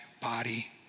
body